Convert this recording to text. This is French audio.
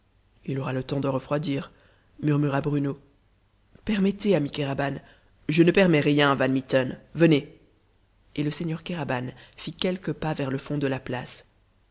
il aura le temps de refroidir murmura bruno permettez ami kéraban je ne permets rien van mitten venez et le seigneur kéraban fit quelques pas vers le fond de la place